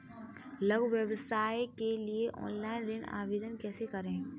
लघु व्यवसाय के लिए ऑनलाइन ऋण आवेदन कैसे करें?